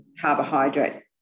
carbohydrate